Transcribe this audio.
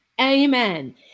amen